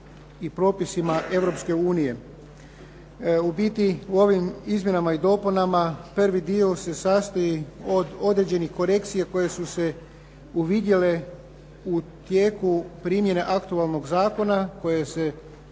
Europske unije. U biti u ovim izmjenama i dopunama prvi dio se sastoji od određenih korekcija koje su se uvidjele u tijeku primjene aktualnog zakona, koje se ovom